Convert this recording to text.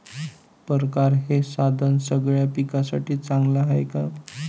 परकारं हे साधन सगळ्या पिकासाठी चांगलं हाये का?